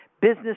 business